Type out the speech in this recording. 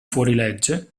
fuorilegge